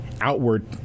outward